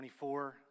24